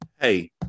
hey